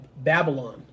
Babylon